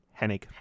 Hennig